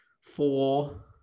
four